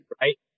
right